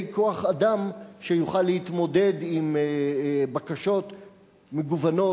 כוח-אדם שיוכל להתמודד עם בקשות מגוונות,